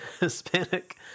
Hispanic